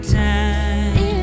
time